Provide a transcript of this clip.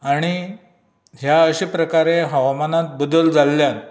आनी हें अश्या प्रकारे हवामानांत बदल जाल्ल्यान